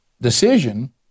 decision